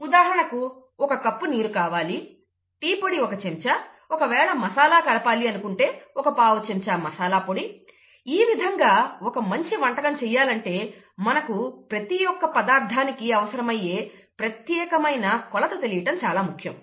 ఉదాహరణకు ఒక కప్పు నీరు కావాలి టి పొడి ఒక చెంచా ఒకవేళ మసాలా కలపాలి అనుకుంటే ఒక పావు చెంచా మసాలా పొడి ఈ విధంగా ఒక మంచి వంటకం చెయ్యాలంటే మనకు ప్రతిఒక్క పదార్థానికి అవసరమయ్యే ప్రత్యేకమైన కొలత తెలియటం చాలా ముఖ్యం